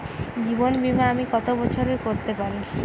জীবন বীমা আমি কতো বছরের করতে পারি?